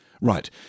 Right